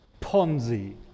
ponzi